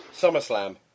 SummerSlam